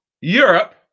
Europe